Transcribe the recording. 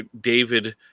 David